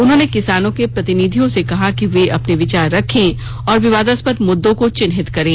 उन्होंने किसानों के प्रतिनिधियों ने कहा कि वे अपने विचार रखें और विवादास्पद मुद्दों को चिन्हित करें